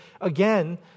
again